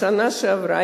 בשנה שעברה,